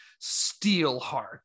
Steelheart